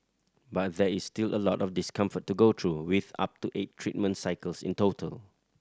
but there is still a lot of discomfort to go through with up to eight treatment cycles in total